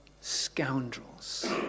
scoundrels